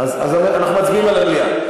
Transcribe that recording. אנחנו מצביעים על המליאה.